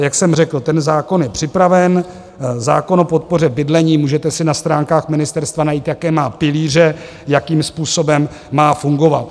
Jak jsem řekl, ten zákon je připraven, zákon o podpoře bydlení, můžete si na stránkách ministerstva najít, jaké má pilíře, jakým způsobem má fungovat.